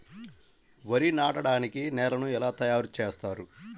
వరి నాటడానికి నేలను ఎలా తయారు చేస్తారు?